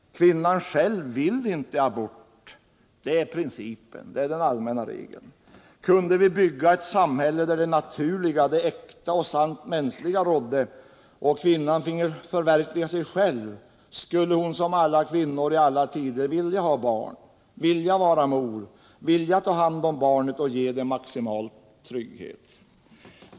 Kvinnan själv vill inte abort. Det är principen. Det är den allmänna regeln. Kunde vi bygga ett samhälle där det naturliga, det äkta och sant mänskliga rådde och kvinnan finge förverkliga sig själv skulle hon som alla kvinnor i alla tider vilja ha barn, vilja vara mor, vilja ta hand om barnet och ge det maximal trygghet.